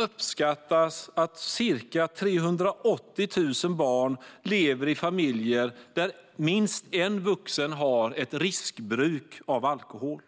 Uppskattningsvis 380 000 barn lever i familjer där minst en vuxen har ett riskbruk av alkohol.